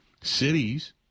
cities